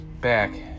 back